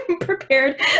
prepared